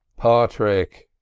pawthrick,